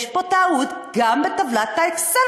יש פה טעות גם בטבלת ה"אקסל",